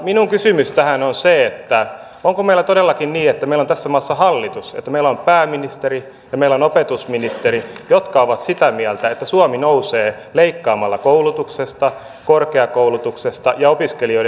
minun kysymykseni tähän on se että onko meillä todellakin niin että meillä on tässä maassa hallitus pääministeri ja opetusministeri jotka ovat sitä mieltä että suomi nousee leikkaamalla koulutuksesta korkeakoulutuksesta ja opiskelijoiden toimeentulosta